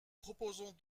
proposons